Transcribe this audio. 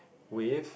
with